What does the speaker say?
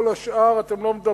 כל השאר, אתם לא מדברים,